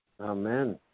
Amen